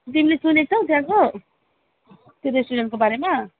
तिमीले चिनेको छौँ त्यहाँको त्यो रेस्टुरेन्टको बारेमा